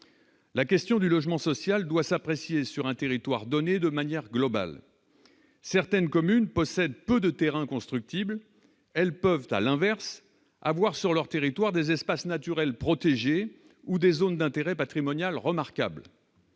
La question du logement social doit s'apprécier sur un territoire donné de manière globale, certaines communes possèdent peu de terrains constructibles, elles peuvent à l'inverse, avoir sur leur territoire des espaces naturels protégés ou des zones d'intérêt patrimonial remarquables.